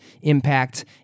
impact